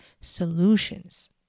solutions